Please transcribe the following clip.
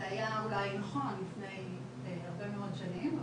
זה היה אולי נכון לפני הרבה מאוד שנים,